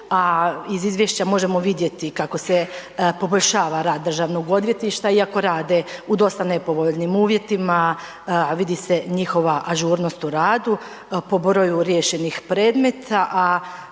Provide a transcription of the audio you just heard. iz izvješća možemo vidjeti kako se poboljšava rad državnog odvjetništva iako rade u dosta nepovoljnim uvjetima, a vidi se njihova ažurnost u radu po broju riješenih predmeta,